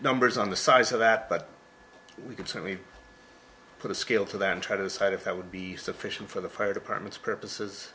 numbers on the size of that but we can certainly put a scale to then try to decide if that would be sufficient for the fire department's purposes